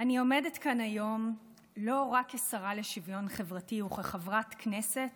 אני עומדת כאן היום לא רק כשרה לשוויון חברתי וכחברת כנסת